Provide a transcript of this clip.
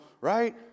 right